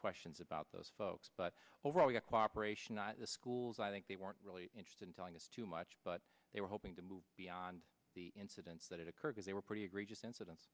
questions about those folks but overall the cooperation the schools i think they weren't really interested in telling us too much but they were hoping to move beyond the incidents that occur because they were pretty egregious incidents